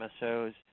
MSOs